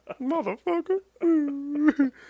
Motherfucker